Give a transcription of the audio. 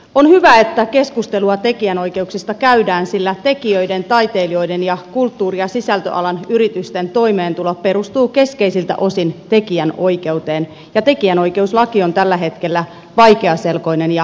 on hyvä että keskustelua tekijänoikeuksista käydään sillä tekijöiden taiteilijoiden ja kulttuuri ja sisältöalan yritysten toimeentulo perustuu keskeisiltä osin tekijänoikeuteen ja tekijänoikeuslaki on tällä hetkellä vaikeaselkoinen ja mutkikas